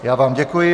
Já vám děkuji.